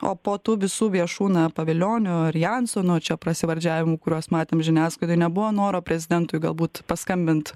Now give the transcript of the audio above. o po tų visų viešų na pavilionio ir jansono čia prasivardžiavimų kuriuos matėm žiniasklaidoj nebuvo noro prezidentui galbūt paskambint